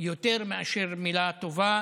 יותר מאשר מילה טובה